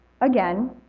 Again